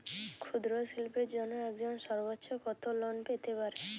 ক্ষুদ্রশিল্পের জন্য একজন সর্বোচ্চ কত লোন পেতে পারে?